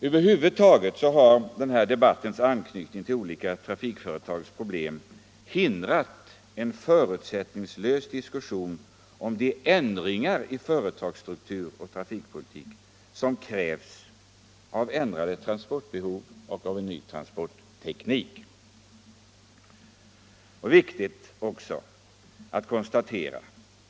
Över huvud taget har debattens anknytning till olika flygföretags problem hindrat en förutsättningslös diskussion om de ändringar i företagsstruktur och trafikpolitik som krävs av ändrade transportbehov och ny transportteknik.” Detta är viktigt att konstatera.